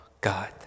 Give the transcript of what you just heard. God